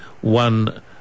one